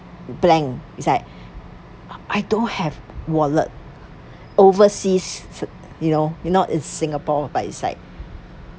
blank it's like I I don't have wallet overseas you know you're not in singapore but it's like